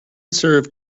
serve